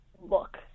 look